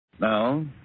Now